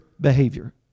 behavior